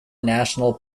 national